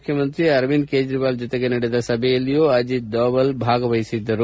ಮುಖ್ಯಮಂತ್ರಿ ಅರವಿಂದ್ ಕೇಜ್ರಿವಾಲ್ ಜತೆಗೆ ನಡೆದ ಸಭೆಯಲ್ಲಿಯೂ ಅಜಿತ್ ದೋವಲ್ ಭಾಗವಹಿಸಿದ್ದರು